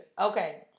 Okay